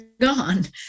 gone